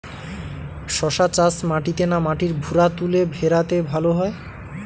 শশা চাষ মাটিতে না মাটির ভুরাতুলে ভেরাতে ভালো হয়?